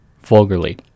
vulgarly